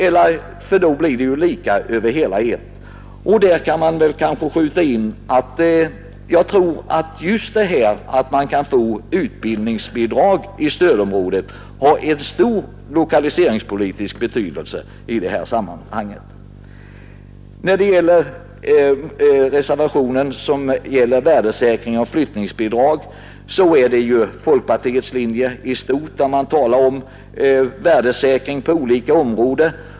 Då blir det ju lika över hela linjen. Just att man kan få utbildningsbidrag i stödområdet tror jag har stor lokaliseringspolitisk betydelse. I reservationen 14, värdesäkring av flyttningsbidrag, återfinner man folkpartiets linje om värdesäkring på olika områden.